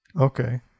Okay